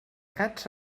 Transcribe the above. gats